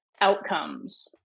outcomes